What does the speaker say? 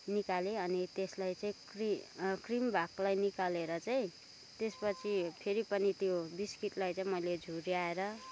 निकालेँ अनि त्यसलाई चाहिँ क्रिम भागलाई निकालेर चाहिँ त्यसपछि फेरि पनि त्यो बिस्कुटलाई चाहिँ मैले झुऱ्याएर